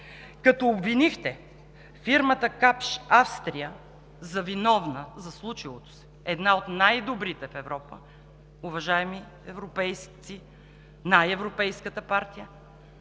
като обвинихте фирмата „Капш“ – Австрия, за виновна за случилото се – една от най-добрите в Европа, уважаеми европейци, най-европейската партия,